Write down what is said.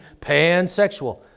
pansexual